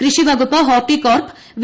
കൃഷിവകുപ്പ് ഹോർട്ടികോർപ്പ് വി